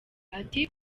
ati